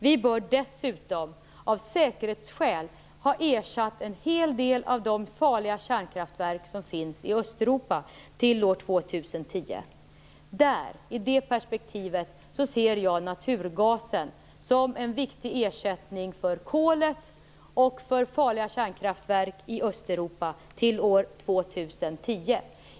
Vi bör dessutom, av säkerhetsskäl, ha ersatt en hel del av de farliga kärnkraftverk som finns i Östeuropa till år 2010. I det perspektivet ser jag naturgasen som en viktig ersättning för kolet och för farliga kärnkraftverk i Östeuropa.